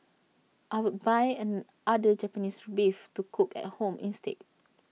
I would buy A other Japanese Beef to cook at home instead